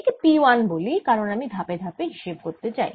একে P 1 বলি কারণ আমি ধাপে ধাপে হিসাব করতে চাই